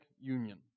union